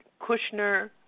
Kushner